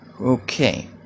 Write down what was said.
Okay